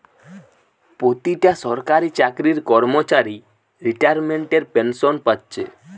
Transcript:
পোতিটা সরকারি চাকরির কর্মচারী রিতাইমেন্টের পেনশেন পাচ্ছে